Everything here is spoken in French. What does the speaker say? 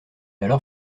alors